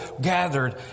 gathered